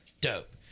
Dope